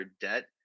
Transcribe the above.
debt